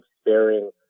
sparing